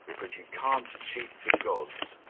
but you can't cheat the gods,